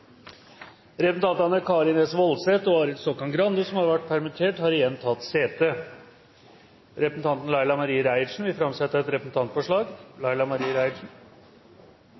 Representantene påhørte stående presidentens minnetale. Representantene Karin S. Woldseth og Arild Stokkan-Grande, som har vært permittert, har igjen tatt sete. Representanten Laila Marie Reiertsen vil framsette et representantforslag.